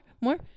more